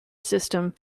system